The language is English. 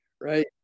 right